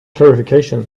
clarification